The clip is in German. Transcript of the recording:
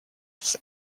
das